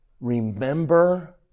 Remember